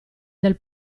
del